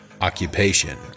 Occupation